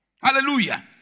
Hallelujah